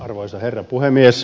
arvoisa herra puhemies